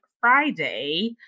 Friday